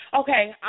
Okay